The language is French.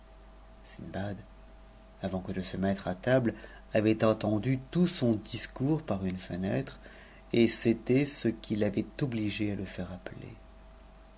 sindbad avant que de se mettre à table avait entendu tout son discours par une fenêtre et c'était ce qui l'avait obligé à le faire appeler